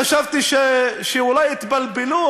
אני לתומי חשבתי שאולי התבלבלו,